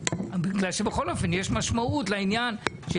בגלל שבכל אופן יש משמעות לעניין של